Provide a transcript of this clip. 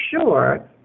sure